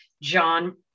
John